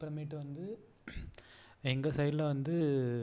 அப்புறமேட்டு வந்து எங்கள் சைடில் வந்து